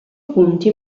punti